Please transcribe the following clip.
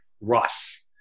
rush